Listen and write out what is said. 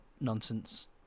nonsense